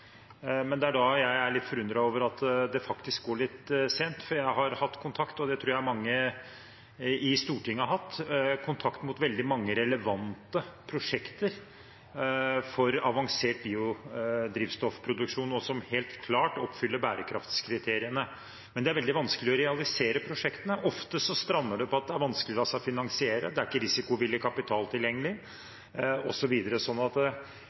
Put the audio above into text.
jeg er litt forundret over at det faktisk går litt sent. Jeg har hatt kontakt – og det tror jeg mange i Stortinget har hatt – med veldig mange relevante prosjekter for avansert biodrivstoffproduksjon, og som helt klart oppfyller bærekraftskriteriene. Men det er veldig vanskelig å realisere prosjektene. Ofte strander det på at de vanskelig lar seg finansiere. Det er ikke risikovillig kapital